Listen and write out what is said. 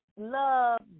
love